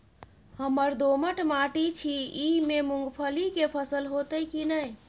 हमर दोमट माटी छी ई में मूंगफली के फसल होतय की नय?